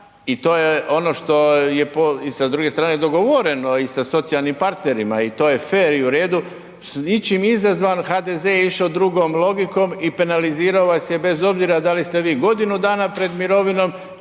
i to je ono što je i sa druge strane i dogovoreno i sa socijalnim partnerima i to je fer i u redu i ničim izazvan, HDZ je išao drugom logikom i penalizirao vas je bez obzira da li ste vi godinu dana pred mirovinom